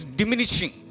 diminishing